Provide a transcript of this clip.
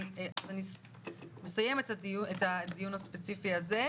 אני מסיימת את הדיון הספציפי הזה.